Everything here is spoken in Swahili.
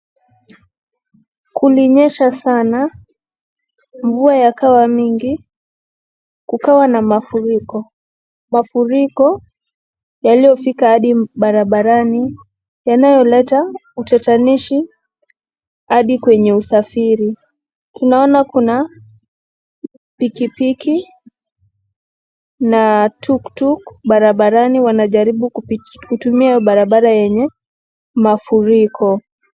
Kulinyesha sana mvua yakawa mingi kukawa na mafuriko. Mafuriko yaliyofika hadi barabarani yanayoleta utatanishi hadi kwenye usafiri. Tunaona kuna pikipiki na tuktuk barabarani wanajaribu kutumia hio barabara yenye mafuriko.